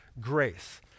grace